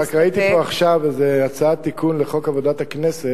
אלא שראיתי פה עכשיו איזו הצעת תיקון לגבי עבודת הכנסת,